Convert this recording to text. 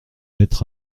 être